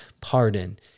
pardon